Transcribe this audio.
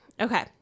okay